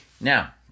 Now